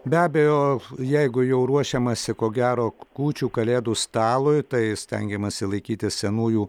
be abejo jeigu jau ruošiamasi ko gero kūčių kalėdų stalui tai stengiamasi laikytis senųjų